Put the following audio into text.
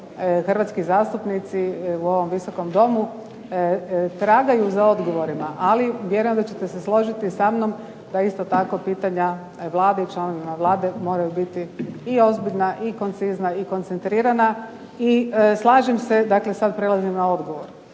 hrvatski zastupnici u ovom Visokom domu tragaju za odgovorima, ali vjerujem da ćete se složiti samnom da isto tako pitanja Vlade i članovima Vlade moraju biti i ozbiljna i koncizna i koncentrirana. I slažem se, dakle sad prelazim na odgovor.